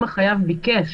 אם החייב ביקש.